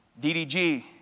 DDG